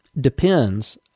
depends